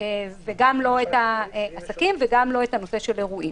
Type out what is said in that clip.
וגם לא בעסקים ולא באירועים.